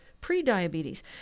pre-diabetes